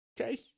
Okay